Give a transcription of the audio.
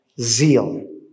zeal